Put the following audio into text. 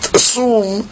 assume